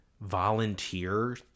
volunteer